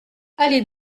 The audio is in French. allez